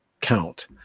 count